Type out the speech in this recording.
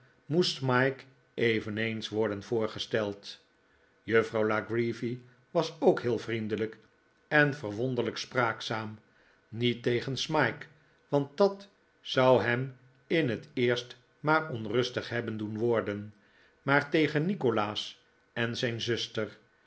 moest smike eveneens worden voorgesteld juffrouw la creevy was ook heel vriendelijk en verwonderlijk spraakzaam niet tegen smike want dat zou hem in het eerst maar onrustig hebben doen worden maar tegen nikolaas en zijn zuster